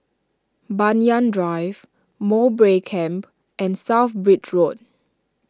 Banyan Drive Mowbray Camp and South Bridge Road